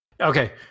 Okay